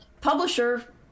publisher